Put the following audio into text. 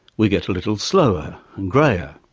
we get a little slower and greyer.